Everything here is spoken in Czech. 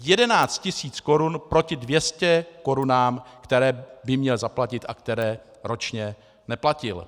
Jedenáct tisíc korun proti 200 korunám, které by měl zaplatit a které ročně neplatil!